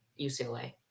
UCLA